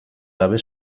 gabe